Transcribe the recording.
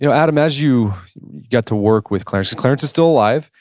you know adam, as you get to work with clarence, clarence is still alive.